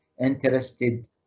interested